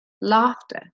laughter